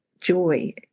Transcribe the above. joy